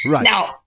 Now